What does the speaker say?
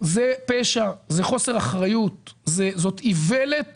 זה פשע, זה חוסר אחריות, זאת איוולת.